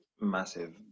massive